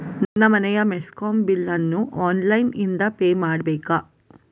ನನ್ನ ಮನೆಯ ಮೆಸ್ಕಾಂ ಬಿಲ್ ಅನ್ನು ಆನ್ಲೈನ್ ಇಂದ ಪೇ ಮಾಡ್ಬೇಕಾ?